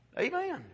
Amen